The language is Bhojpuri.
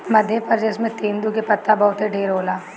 मध्य प्रदेश में तेंदू के पत्ता बहुते ढेर होला